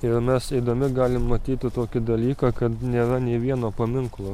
ir mes eidami galim matyti tokį dalyką kad nėra nei vieno paminklo